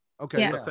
Okay